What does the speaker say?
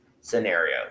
scenario